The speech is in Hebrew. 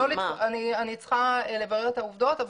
אני צריכה לברר את העובדות,